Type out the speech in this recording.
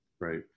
right